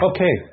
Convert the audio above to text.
Okay